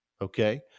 okay